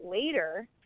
later